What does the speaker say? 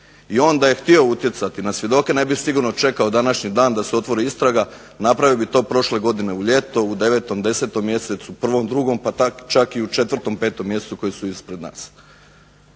I on da je htio utjecati na svjedoke ne bi sigurno čekao današnji dan da se otvori istraga. Napravio bi to prošle godine u ljeto, u devetom, desetom mjesecu, prvom, drugom pa čak i u četvrtom, petom mjesecu koji su ispred nas.